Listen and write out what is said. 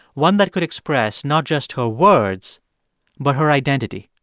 one that could express not just her words but her identity.